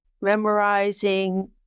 memorizing